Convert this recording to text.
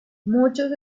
muchos